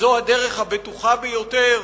וזאת הדרך הבטוחה ביותר